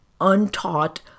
untaught